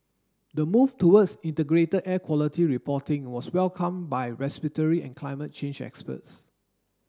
the move towards integrated air quality reporting was welcomed by respiratory and climate change experts